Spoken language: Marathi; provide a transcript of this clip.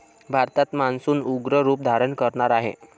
भारतात मान्सून उग्र रूप धारण करणार आहे